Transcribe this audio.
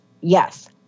Yes